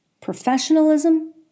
professionalism